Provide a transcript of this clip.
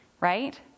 Right